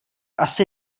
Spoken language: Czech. asi